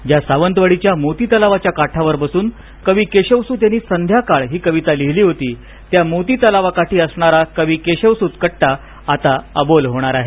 ज्या सावंतवाडीच्या मोती तलावाच्या काठावर बसून कवी केशवसुत यांनी संध्याकाळ हि कविता लिहिली होती त्या मोती तलावाकाठी असणारा कवी केशवसुत कट्टा आता अबोल होणार आहे